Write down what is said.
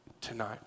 tonight